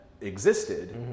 existed